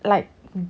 like